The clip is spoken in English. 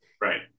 right